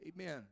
Amen